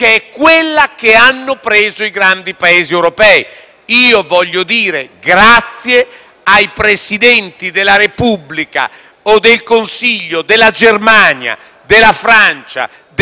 comune che hanno assunto i grandi Paesi europei. Voglio dire grazie ai Presidenti della Repubblica o del Consiglio della Germania, della Francia, della